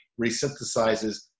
resynthesizes